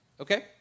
Okay